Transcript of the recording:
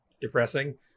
depressing